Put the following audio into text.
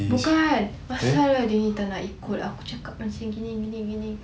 bukan pasal ah dia ni tak nak ikut aku cakap macam gini gini gini